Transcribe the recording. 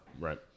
right